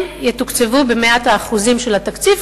אבל הם יתוקצבו ב-100% של התקציב,